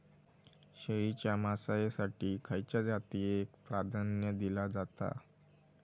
शेळीच्या मांसाएसाठी खयच्या जातीएक प्राधान्य दिला जाता?